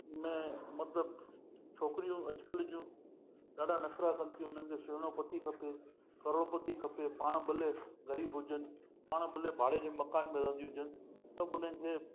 में मतलबु छोकिरियूं अॼुकल्ह जूं ॾाढा नख़िरा कनि थियूं उन्हनि खे सुहिणो पति खपे करोड़पति खपे पाणि भले ग़रीबु हुजनि पाणि भले भाड़े जे मकान में रहंदी हुजनि त बि उन्हनि खे